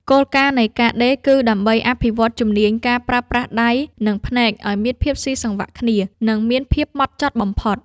គោលដៅនៃការដេរគឺដើម្បីអភិវឌ្ឍជំនាញការប្រើប្រាស់ដៃ និងភ្នែកឱ្យមានភាពស៊ីសង្វាក់គ្នា និងមានភាពហ្មត់ចត់បំផុត។